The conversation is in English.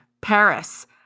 Paris